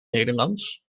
nederlands